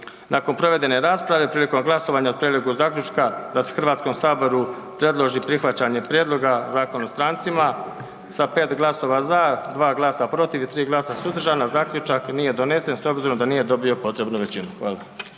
Nakon provedene rasprave prilikom glasovanja o prijedlogu zaključka da se HS predloži prihvaćanje prijedloga Zakon o strancima sa 5 glasova za, 2 glasa protiv i 3 glasa suzdržana, zaključak nije donesen s obzirom da nije dobio potrebnu većinu. Hvala.